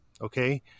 Okay